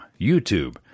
YouTube